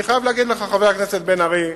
אני חייב להגיד לך, חבר הכנסת בן-ארי,